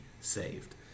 saved